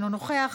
אינו נוכח,